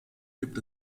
gibt